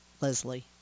Leslie